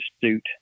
suit